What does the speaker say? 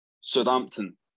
Southampton